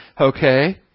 Okay